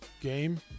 Game